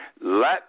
Let